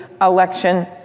election